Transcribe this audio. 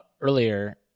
earlier